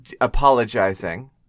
apologizing